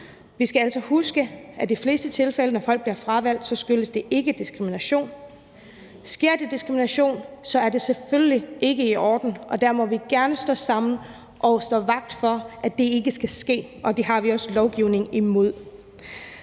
Vi skal altså huske, at i de fleste tilfælde, når folk bliver fravalgt, skyldes det ikke diskrimination. Sker der diskrimination, er det selvfølgelig ikke i orden, og der må vi gerne stå sammen og stå vagt om, at det ikke skal ske, og det har vi også lovgivning imod.